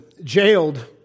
jailed